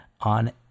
on